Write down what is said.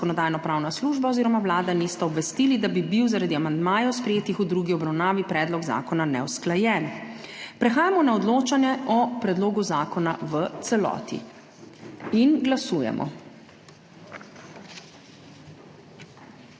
obvestili, da bi bil zaradi amandmajev, sprejetih v drugi obravnavi, predlog zakona neusklajen. Prehajamo na odločanje o predlogu zakona v celoti. Glasujemo.